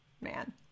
man